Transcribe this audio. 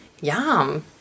Yum